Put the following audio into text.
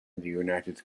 united